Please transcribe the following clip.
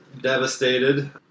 devastated